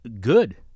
good